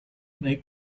may